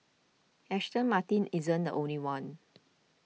Aston Martin isn't the only one